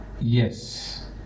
Yes